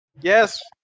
Yes